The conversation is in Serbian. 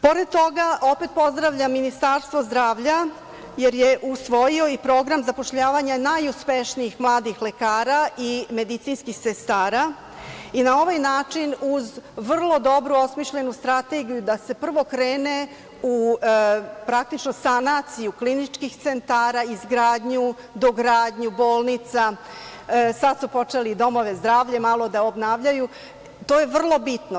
Pored toga, opet pozdravljam Ministarstvo zdravlja jer je usvojio i program zapošljavanja najuspešnijih mladih lekara i medicinskih sestara i na ovaj način, uz vrlo dobro osmišljenu strategiju da se prvo krene u praktično sanaciju kliničkih centara, izgradnju i dogradnju bolnica, sada su počeli i domove zdravlja malo da obnavljaju, to je vrlo bitno.